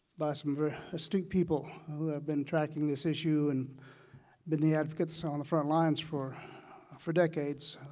by some very astute people who have been tracking this issue and been the advocates on the front lines for for decades,